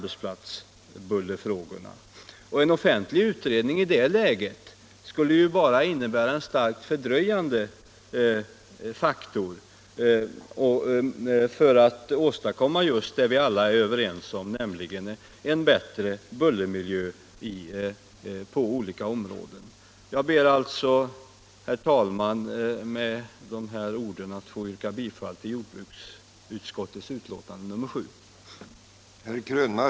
En offentlig utredning skulle i det läget bara utgöra en starkt fördröjande faktor när det gäller att åstadkomma just det vi alla är överens om, nämligen en bättre miljö i bullerhänseende. Herr talman! Jag ber med de här orden att få yrka bifall till jordbruksutskottets hemställan i betänkandet nr 7.